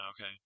Okay